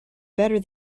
better